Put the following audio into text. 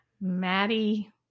Maddie